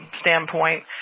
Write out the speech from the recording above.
standpoint